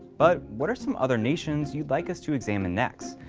but what are some other nations you'd like us to examine next?